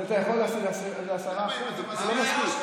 אז אתה יכול 10%. זה לא מספיק.